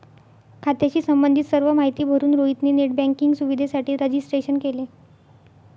खात्याशी संबंधित सर्व माहिती भरून रोहित ने नेट बँकिंग सुविधेसाठी रजिस्ट्रेशन केले